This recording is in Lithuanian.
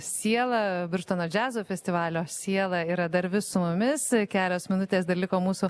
siela birštono džiazo festivalio siela yra dar vis su mumis kelios minutės dar liko mūsų